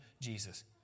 Jesus